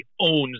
owns